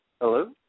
Hello